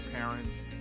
parents